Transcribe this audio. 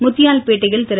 முத்தியால்பேட்டையில் திரு